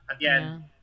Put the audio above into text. again